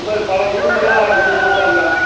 இது மாதிரி பல ரூல்ஸ்லாம் இருக்குது மோட்டாரில்